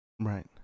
Right